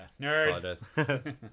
nerd